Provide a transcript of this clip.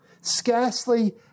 scarcely